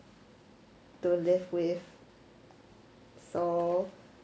to live with so